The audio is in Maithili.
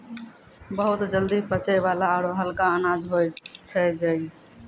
बहुत जल्दी पचै वाला आरो हल्का अनाज होय छै जई